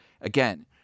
again